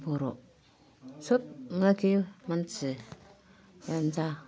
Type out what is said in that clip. बर' सोब नाखि मानसिआनो जा